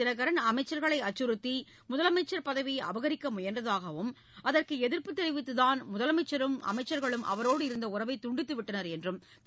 தினகரன் அமைச்சர்களை அச்சுறுத்தி முதலமைச்சர் பதவியை அபகரிக்க முயன்றதாகவும் அதற்கு எதிர்ப்பு தெரிவித்துதான் முதலமைச்சரும் அமைச்சர்களும் அவரோடு இருந்த உறவை துண்டித்துவிட்டனர் என்றும் திரு